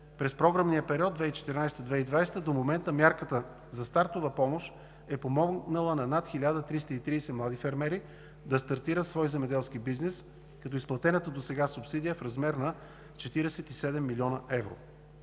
През програмния период 2014 – 2020 г. до момента мярката за стартова помощ е помогнала на над 1330 млади фермери да стартират свой земеделски бизнес, като изплатената досега субсидия е в размер на 47 млн. евро.